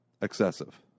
excessive